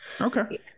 Okay